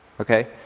Okay